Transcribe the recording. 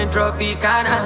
Tropicana